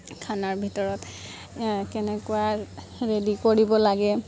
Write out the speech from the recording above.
খানাৰ ভিতৰত কেনেকুৱা ৰেডি কৰিব লাগে